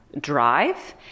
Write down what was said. drive